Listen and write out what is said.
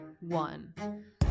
one